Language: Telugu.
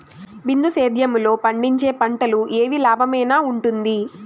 బిందు సేద్యము లో పండించే పంటలు ఏవి లాభమేనా వుంటుంది?